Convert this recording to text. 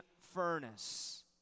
furnace